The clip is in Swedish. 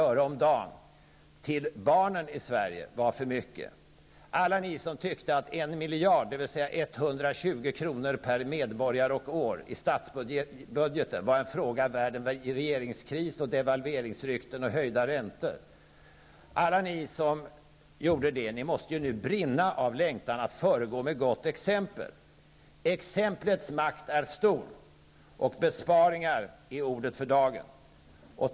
öre om dagen till barnen i Sverige var för mycket, alla ni som tyckte att 1 miljard, dvs. 120 kr. per medborgare och år i statsbudgeten var en fråga värd regeringskris, devalveringsrykten och höjda räntor, alla ni som gjorde detta måste nu brinna av längtan att föregå med gott exempel. Exemplets makt är stort. Besparingar är ordet för dagen.